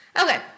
Okay